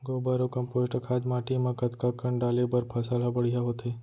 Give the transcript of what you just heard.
गोबर अऊ कम्पोस्ट खाद माटी म कतका कन डाले बर फसल ह बढ़िया होथे?